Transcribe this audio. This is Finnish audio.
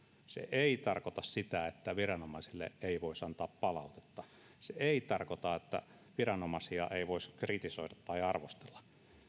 se ei tarkoita sitä että viranomaisille ei voisi antaa palautetta se ei tarkoita että viranomaisia ei voisi kritisoida tai arvostella